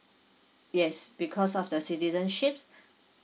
yes because of the citizenship